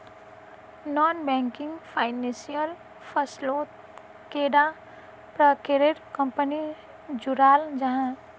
Non banking financial फसलोत कैडा प्रकारेर कंपनी जुराल जाहा?